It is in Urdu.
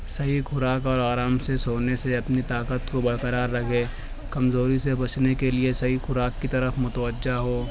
صحیح خوراک اور آرام سے سونے سے اپنی طاقت کو برقرار رکھے کمزوری سے بچنے کے لیے صحیح خوارک کی طرف متوجہ ہو